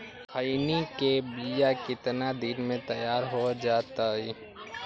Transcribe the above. खैनी के बिया कितना दिन मे तैयार हो जताइए?